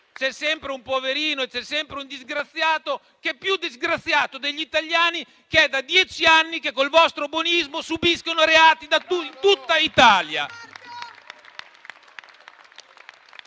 C'è sempre un poverino e c'è sempre un disgraziato che è più disgraziato degli italiani che da dieci anni, col vostro buonismo, subiscono reati in tutta Italia.